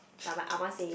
but my ah ma say